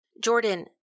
Jordan